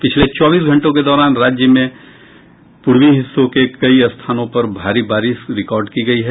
पिछले चौबीस घंटे के दौरान राज्य के पूर्वी हिस्सों के कई स्थानों पर भारी बारिश रिकॉर्ड की गई है